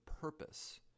purpose